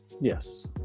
Yes